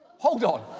hold on.